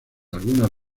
algunas